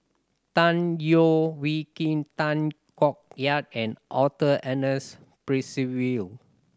Tan Leo Wee Hin Tay Koh Yat and Arthur Ernest Percival